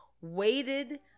waited